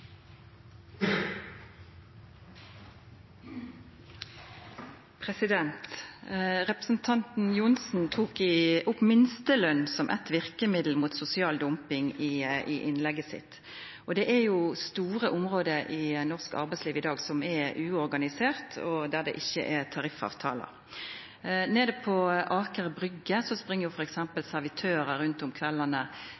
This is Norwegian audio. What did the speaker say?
Representanten Johnsen tok opp minsteløn som eit verkemiddel mot sosial dumping i innlegget sitt. Det er store område i norsk arbeidsliv i dag som er uorganiserte, og der det ikkje er tariffavtalar. Nede på Aker Brygge spring